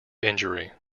injury